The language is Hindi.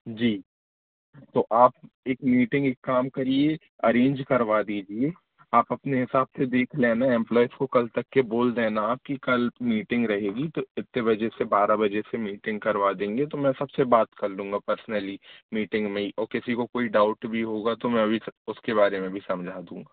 जी तो आप एक मीटिंग एक काम करिए अरेंज करवा दीजिए आप अपने हिसाब से देख लेना एम्प्लॉइज़ काे कल तक के बोल देना कि कल मीटिंग रहेगी तो इतने बजे से बारह बजे से मीटिंग करवा देंगे तो मैं सबसे बात कर लूँगा पर्सनली मीटिंग में ही और किसी को कोई डाउट वी होगा तो मैं भी उसके बारे में भी समझा दूँगा